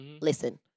Listen